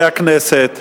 חברי הכנסת.